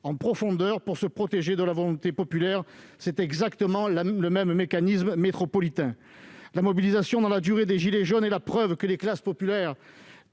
en profondeur pour se protéger de la volonté populaire. C'est exactement le même mécanisme avec la métropole. La mobilisation dans la durée des « gilets jaunes » est la preuve que les classes populaires,